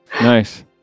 nice